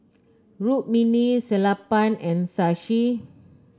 Rukmini Sellapan and Shashi